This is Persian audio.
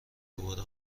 دوباره